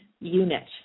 unit